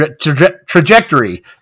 trajectory